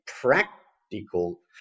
practical